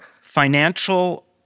financial